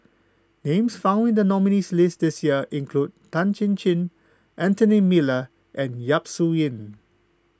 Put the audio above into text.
names found in the nominees' list this year include Tan Chin Chin Anthony Miller and Yap Su Yin